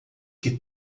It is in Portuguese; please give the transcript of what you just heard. que